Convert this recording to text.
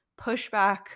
pushback